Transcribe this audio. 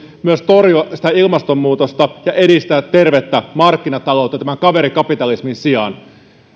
myös torjua ilmastonmuutosta ja edistää tervettä markkinataloutta tämän kaverikapitalismin sijaan